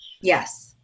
yes